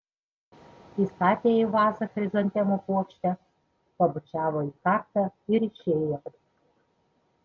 įstatė į vazą chrizantemų puokštę pabučiavo į kaktą ir išėjo